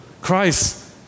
Christ